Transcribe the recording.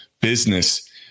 business